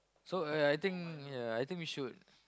so yeah I think yeah I think we should